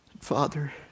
Father